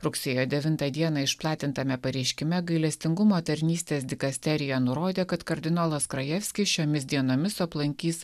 rugsėjo devintą dieną išplatintame pareiškime gailestingumo tarnystės dikasterija nurodė kad kardinolas krajevskis šiomis dienomis aplankys